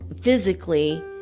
physically